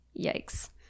Yikes